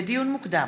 לדיון מוקדם: